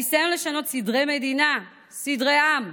הניסיון לשנות סדרי מדינה, סדרי עם,